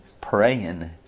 praying